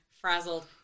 frazzled